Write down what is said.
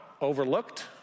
overlooked